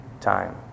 time